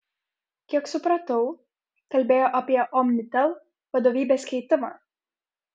kiek supratau kalbėjo apie omnitel vadovybės keitimą